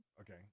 Okay